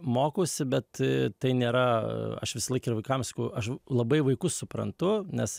mokausi bet tai nėra aš visąlaik ir vaikam sakau aš labai vaikus suprantu nes